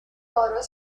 borough